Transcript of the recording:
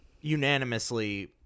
unanimously